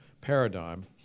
paradigm